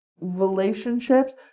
relationships